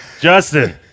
Justin